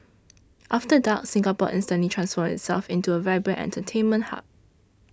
after dark Singapore instantly transforms itself into a vibrant entertainment hub